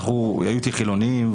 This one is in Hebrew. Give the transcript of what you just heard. היו אתי חילוניים,